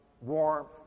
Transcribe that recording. warmth